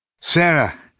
Sarah